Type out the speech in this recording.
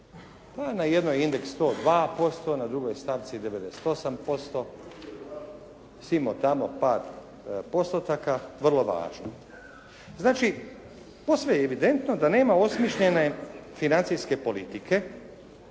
na jednoj indeks 102%, na drugoj stavci 98%, simo tamo, par postotaka, vrlo važno. Znači, posve je evidentno da nema osmišljene financijske politike